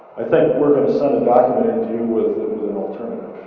i think we're going to send it back to you with an alternative,